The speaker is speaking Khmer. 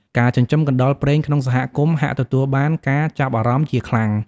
ការចិញ្ចឹមកណ្ដុរព្រែងក្នុងសហគមន៍ ហាក់ទទួលបានការចាប់អារម្មណ៍ជាខ្លាំង។